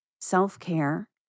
self-care